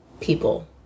people